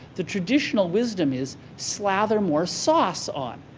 the traditional wisdom is slather more sauce on.